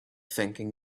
thinking